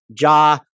Ja